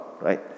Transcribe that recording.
Right